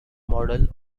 model